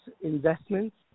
investments